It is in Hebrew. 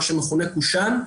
מה שמכונה קושאן,